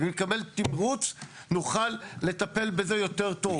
ואם נקבל תמרוץ נוכל לטפל בזה יותר טוב.